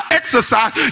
exercise